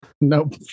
Nope